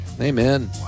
Amen